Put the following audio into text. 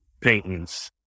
paintings